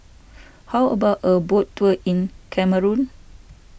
how about a boat tour in Cameroon